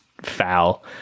foul